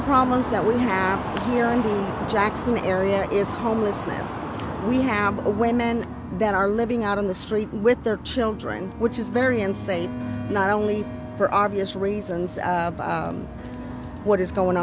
the promise that we have here in the jackson area is homelessness we have a women that are living out in the street with their children which is very unsafe not only for obvious reasons what is going